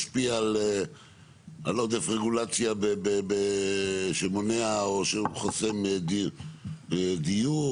משפיע על עודף רגולציה שמונע או שחוסם דיור,